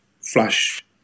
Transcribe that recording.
flash